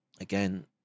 Again